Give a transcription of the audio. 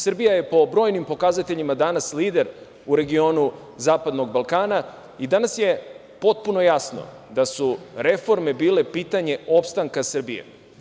Srbija je po brojnim pokazateljima danas lider u regionu zapadnog Balkana i danas je potpuno jasno da su reforme bile pitanje opstanka Srbije.